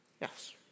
Yes